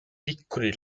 piccoli